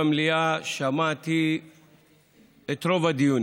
כנסת שמכירים את החוק